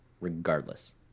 regardless